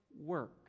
work